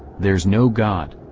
there's no god.